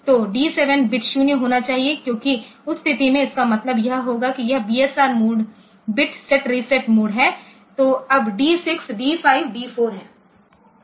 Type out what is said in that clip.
तो D 7 bit 0 होना चाहिए क्योंकि उस स्थिति में इसका मतलब यह होगा कि यह BSR mode bit set reset mode है तो अब डी 6 डी 5 डी 4 है